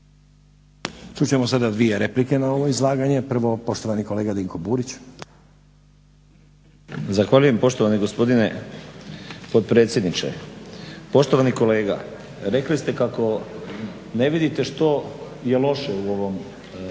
Čut ćemo sada dvije replike na ovo izlaganje. Prvo, poštovani kolega Dinko Burić. **Burić, Dinko (HDSSB)** Zahvaljujem, poštovani gospodine potpredsjedniče. Poštovani kolega, rekli ste kako ne vidite što je loše u ovom zakonu.